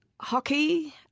hockey